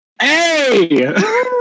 Hey